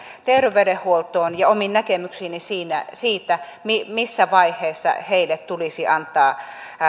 terveydenhuoltoon ja omiin näkemyksiini siitä missä vaiheessa heille tulisi antaa